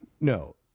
No